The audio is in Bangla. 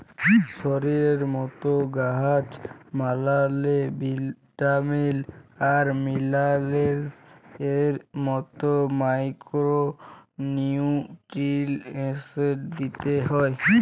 শরীরের মত গাহাচ পালাল্লে ভিটামিল আর মিলারেলস এর মত মাইকোরো নিউটিরিএন্টস দিতে হ্যয়